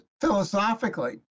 philosophically